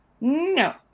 no